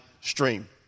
stream